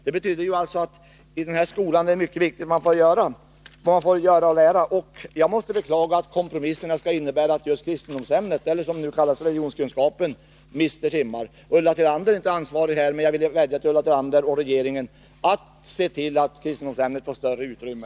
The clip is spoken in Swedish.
Det betyder alltså att det är mycket viktigt vad man får göra och lära i denna skola. Jag beklagar att kompromisserna skall innebära att just kristendomsämnet — eller religionskunskapen, som det nu kallas — mister timmar. Ulla Tillander är inte ansvarig här, men jag vill vädja till henne och regeringen att se till att kristendomsämnet får större utrymme.